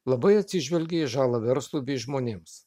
labai atsižvelgė į žalą verslui bei žmonėms